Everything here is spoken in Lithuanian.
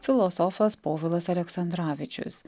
filosofas povilas aleksandravičius